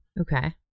okay